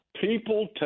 people